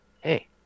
hey